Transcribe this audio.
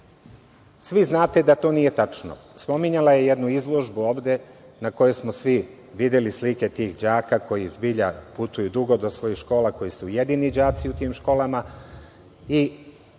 Svi znate da to nije tačno. Spominjala je jednu izložbu ovde, na kojoj smo svi videli slike tih đaka koji zbilja putuju dugo do svojih škola, koji su jedini đaci u tim školama.